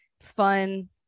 fun